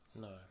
no